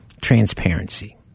transparency